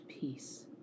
peace